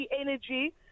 energy